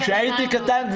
כשהייתי קטן,